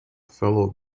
fellow